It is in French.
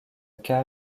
car